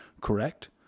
correct